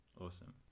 Awesome